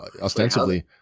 ostensibly